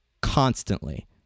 constantly